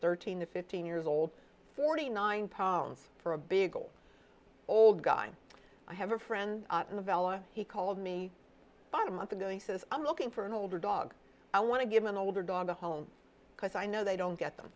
thirteen to fifteen years old forty nine pounds for a big old old guy i have a friend in the vela he called me but a month ago he says i'm looking for an older dog i want to give an older dog a home because i know they don't get them